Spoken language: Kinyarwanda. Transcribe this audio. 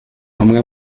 umwe